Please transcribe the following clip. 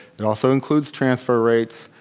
it also includes transfer rates,